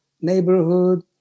neighborhood